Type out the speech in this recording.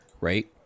right